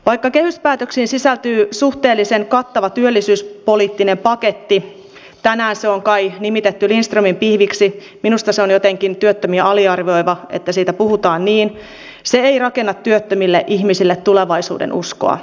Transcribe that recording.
vaikka kehyspäätöksiin sisältyy suhteellisen kattava työllisyyspoliittinen paketti tänään sitä on kai nimitetty lindströmin pihviksi minusta on jotenkin työttömiä aliarvioivaa että siitä puhutaan niin se ei rakenna työttömille ihmisille tulevaisuudenuskoa